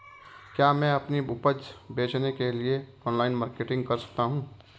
क्या मैं अपनी उपज बेचने के लिए ऑनलाइन मार्केटिंग कर सकता हूँ?